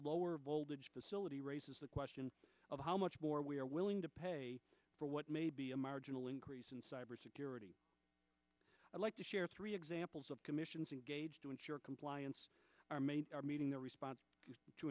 lower voltage facility raises the question of how much more we are willing to pay for what may be a marginal increase in cybersecurity i'd like to share three examples of commissions and gauge to ensure compliance are made are meeting their response to